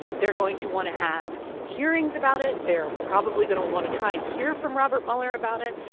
they're going to want to have hearings about it. they're probably going to want to try and hear from robert mueller about it.